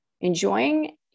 enjoying